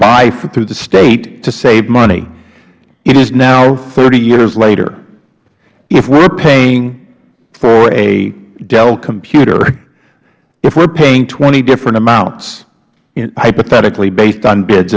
buy through the state to save money it is now thirty years later if we are paying for a dell computer if we are paying twenty different amounts hypothetically based on bids